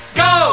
go